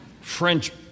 French